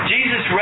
Jesus